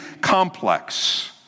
complex